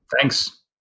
Thanks